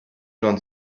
non